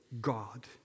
God